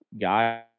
guy